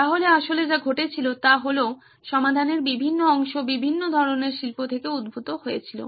সুতরাং আসলে যা ঘটেছিল তা হল সমাধানের বিভিন্ন অংশ বিভিন্ন ধরণের শিল্প থেকে উদ্ভূত হয়েছিল